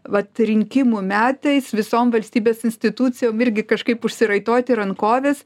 vat rinkimų metais visom valstybės institucijom irgi kažkaip užsiraitoti rankoves